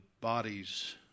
bodies